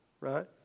right